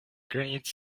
granite